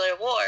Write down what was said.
war